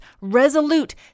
resolute